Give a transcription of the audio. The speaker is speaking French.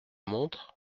montre